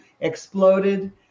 exploded